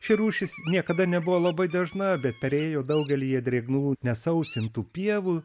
ši rūšis niekada nebuvo labai dažna bet perėjo daugelyje drėgnų nesausintų pievų